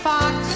Fox